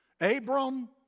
Abram